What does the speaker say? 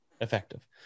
effective